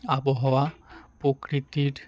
আবহাওয়া প্রকৃতির